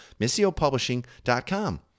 missiopublishing.com